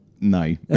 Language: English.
No